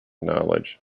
knowledge